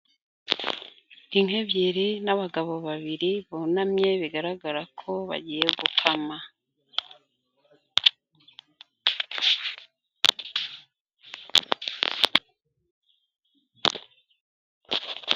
Inka ebyiri n'abagabo babiri bunamye bigaragara ko bagiye gukama.